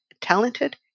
talented